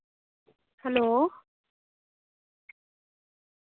hello